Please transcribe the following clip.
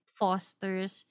fosters